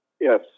Yes